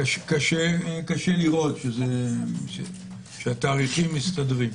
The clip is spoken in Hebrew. קשה לראות שהתאריכים מסתדרים.